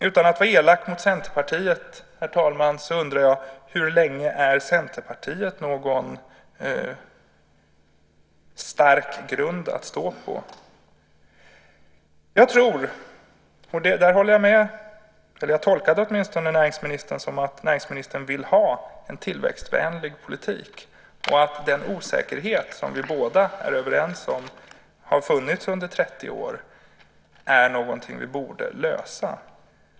Utan att vara elak mot Centerpartiet, herr talman, undrar jag: Hur länge är Centerpartiet någon stark grund att stå på? Jag tolkade åtminstone näringsministern som att näringsministern vill ha en tillväxtvänlig politik och att den osäkerhet som vi båda är överens om har funnits under 30 år är någonting som vi borde komma till rätta med.